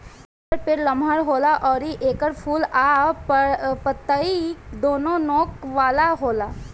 एकर पेड़ लमहर होला अउरी एकर फूल आ पतइ दूनो नोक वाला होला